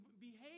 behave